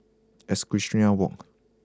Equestrian Walk